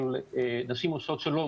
של "נשים עושות שלום",